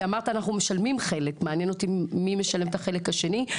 כי אמרת שאתם משלמים חלק אז מעניין אותי מי משלם את החלק השני,